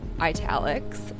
italics